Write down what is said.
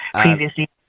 previously